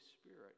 Spirit